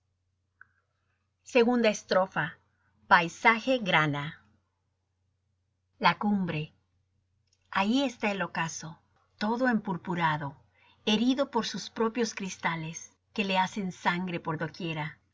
ii paisaje grana la cumbre ahí está el ocaso todo empurpurado herido por sus propios cristales que le hacen sangre por doquiera